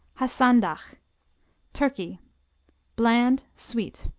hasandach turkey bland sweet.